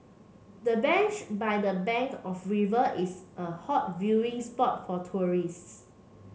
the bench by the bank of the river is a hot viewing spot for tourists